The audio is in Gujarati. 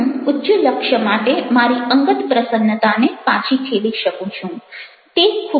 હું ઉચ્ચ લક્ષ્ય માટે મારી અંગત પ્રસન્નતાને પાછી ઠેલી શકું છું